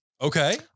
Okay